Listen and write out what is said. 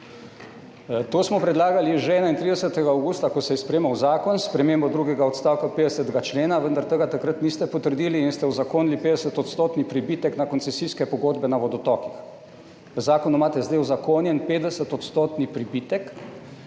To smo predlagali že 31. avgusta, ko se je sprejemal zakon s spremembo 2. odstavka 50. člena, vendar tega takrat niste potrdili in ste uzakonili 50 % pribitek na koncesijske pogodbe na vodotokih. V zakonu imate zdaj uzakonjen 50 % pribitek